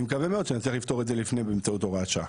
אני מקווה מאוד שנצליח לפתור את זה לפני באמצעות הוראת שעה.